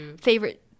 favorite